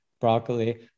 broccoli